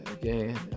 Again